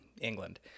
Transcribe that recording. england